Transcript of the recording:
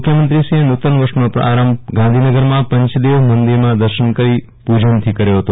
મુખ્યમંત્રીશ્રી એ નુ તન વર્ષનો આરંભ ગાંધીનગર માં પંચદેવ મંદિર માં દર્શન પૂ જન થી કર્યો હતો